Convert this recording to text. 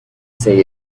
say